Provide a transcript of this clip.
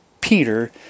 Peter